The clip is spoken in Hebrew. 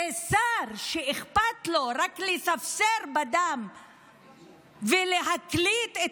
זה שר שאכפת לו רק לספסר בדם ולהקליט את